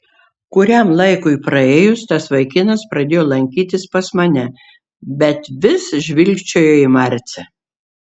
kuriam laikui praėjus tas vaikinas pradėjo lankytis pas mane bet vis žvilgčiojo į marcę